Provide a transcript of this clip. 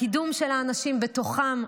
הקידום של האנשים בתוכם,